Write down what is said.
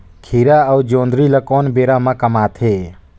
खीरा अउ जोंदरी ल कोन बेरा म कमाथे?